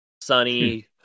Sunny